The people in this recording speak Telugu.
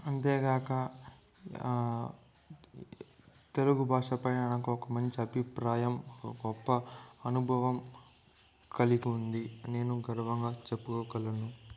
అంతేగాక తెలుగు భాష పైన నాకు ఒక మంచి అభిప్రాయం ఒక గొప్ప అనుభవం కలిగుంది నేను గర్వంగా చెప్పుకోగలను